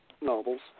novels